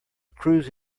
cruise